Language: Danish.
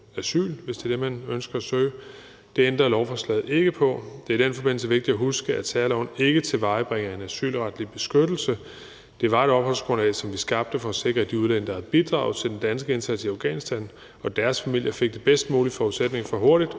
hvis det er det, man ønsker at søge. Det ændrer lovforslaget ikke på. Det er i den forbindelse vigtigt at huske, at særloven ikke tilvejebringer en asylretlig beskyttelse. Det er et varigt opholdsgrundlag, som vi skabte for at sikre, at de udlændinge, der havde bidraget til den danske indsats i Afghanistan, og deres familier fik de bedst mulige forudsætninger for hurtigt